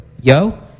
yo